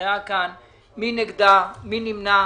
1 נגד, רוב נמנעים,